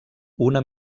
una